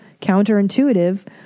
counterintuitive